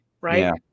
right